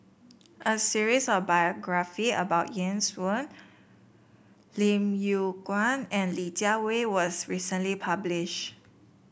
a series of biography about Ian Woo Lim Yew Kuan and Li Jiawei was recently published